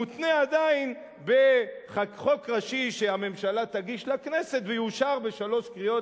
מותנה עדיין בחוק ראשי שהממשלה תגיש לכנסת ויאושר בשלוש קריאות,